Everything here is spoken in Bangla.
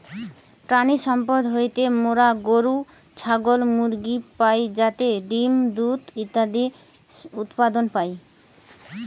প্রাণিসম্পদ হইতে মোরা গরু, ছাগল, মুরগিদের পাই যাতে ডিম্, দুধ ইত্যাদি উৎপাদন হয়